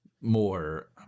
more